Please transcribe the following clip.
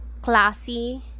classy